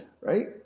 right